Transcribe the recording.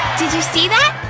did you see that!